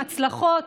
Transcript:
הצלחות,